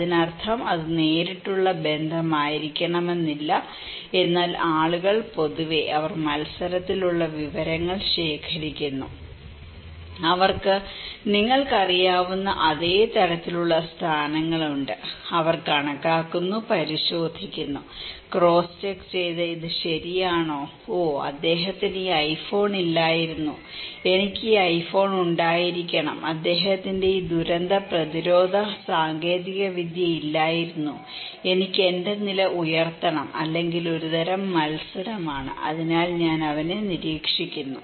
അതിനർത്ഥം അത് നേരിട്ടുള്ള ബന്ധം ആയിരിക്കണമെന്നില്ല എന്നാൽ ആളുകൾ പൊതുവെ അവർ മത്സരത്തിലുള്ള വിവരങ്ങൾ ശേഖരിക്കുന്നു അവർക്ക് നിങ്ങൾക്കറിയാവുന്ന അതേ തരത്തിലുള്ള സ്ഥാനങ്ങളുണ്ട് അവർ കണക്കാക്കുന്നു പരിശോധിക്കുന്നു ക്രോസ് ചെക്ക് ഇത് ശരിയാണോ ഓ അദ്ദേഹത്തിന് ഈ ഐഫോൺ ഇല്ലായിരുന്നു എനിക്ക് ഈ ഐഫോൺ ഉണ്ടായിരിക്കണം അദ്ദേഹത്തിന് ഈ ദുരന്ത പ്രതിരോധ സാങ്കേതികവിദ്യ ഇല്ലായിരുന്നു എനിക്ക് എന്റെ നില ഉയർത്തണം അല്ലെങ്കിൽ ഒരുതരം മത്സരമാണ് അതിനാൽ ഞാൻ അവനെ നിരീക്ഷിക്കുന്നു